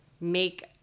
make